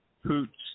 hoots